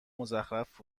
مزخرف